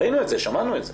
ראינו את זה, שמענו את זה.